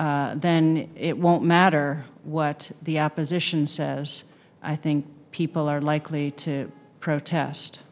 then it won't matter what the opposition says i think people are likely to protest